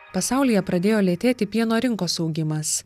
pasaulyje pradėjo lėtėti pieno rinkos augimas